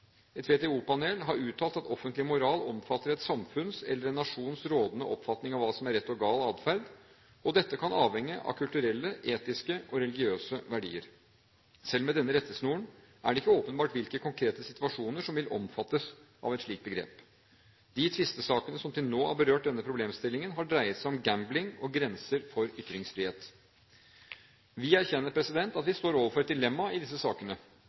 Et WTO-panel har uttalt at offentlig moral omfatter et samfunns eller en nasjons rådende oppfatning av hva som er rett og gal atferd, og dette kan avhenge av kulturelle, etiske og religiøse verdier. Selv med denne rettesnoren er det ikke åpenbart hvilke konkrete situasjoner som vil omfattes av et slikt begrep. De tvistesakene som til nå har berørt denne problemstillingen, har dreid seg om gambling og grenser for ytringsfrihet. Vi erkjenner at vi står overfor et dilemma i disse sakene.